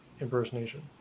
impersonation